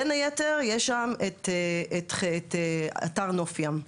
בין היתר יש שם את אתר נוף ים,